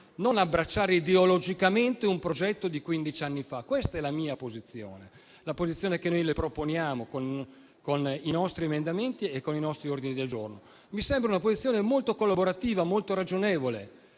non abbracciare ideologicamente un progetto di quindici anni fa. Questa è la mia posizione, la posizione che le proponiamo con i nostri emendamenti e con i nostri ordini del giorno. Mi sembra una posizione molto collaborativa, molto ragionevole,